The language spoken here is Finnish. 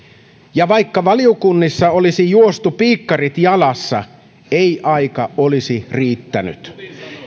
ja vaikka valiokunnissa olisi juostu piikkarit jalassa ei aika olisi riittänyt